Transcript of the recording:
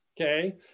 Okay